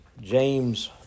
James